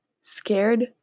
scared